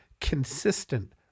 consistent